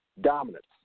Dominance